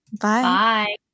Bye